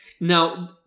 Now